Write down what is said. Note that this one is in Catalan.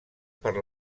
per